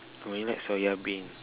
oh you like soya bean